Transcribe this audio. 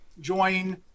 Join